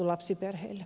arvoisa puhemies